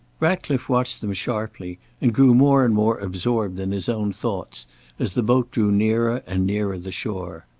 ratcliffe watched them sharply and grew more and more absorbed in his own thoughts as the boat drew nearer and nearer the shore.